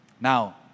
Now